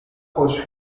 خوش